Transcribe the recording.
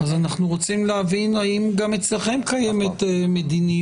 אז אנחנו רוצים להבין אם גם אצלכם קיימת מדיניות.